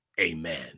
amen